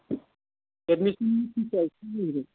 admission फिसा